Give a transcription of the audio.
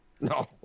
No